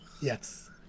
Yes